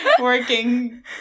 Working